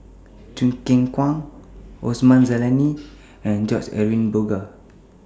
Choo Keng Kwang Osman Zailani and George Edwin Bogaars